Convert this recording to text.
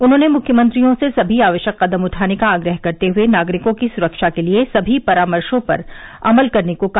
उन्होंने मृख्यमंत्रियों से सभी आवश्यक कदम उठाने का आग्रह करते हए नागरिकों की सुरक्षा के लिए समी परामर्शो पर अमल करने को कहा